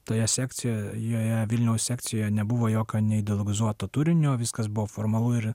toje sekcijoje vilniaus sekcijoje nebuvo jokio neideologizuoto turinio viskas buvo formalu ir